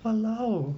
!walao!